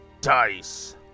Dice